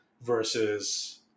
versus